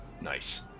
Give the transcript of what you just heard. Nice